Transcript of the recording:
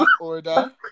order